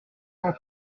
cent